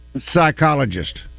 psychologist